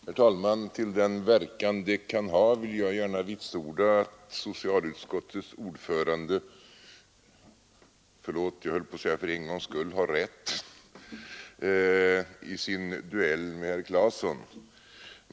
Herr talman! Till den verkan det kan ha vill jag gärna vitsorda att socialutskottets ordförande — förlåt, jag höll på att säga: för en gångs skull — har rätt i sin duell med herr Claeson.